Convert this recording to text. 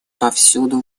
повсюду